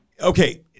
okay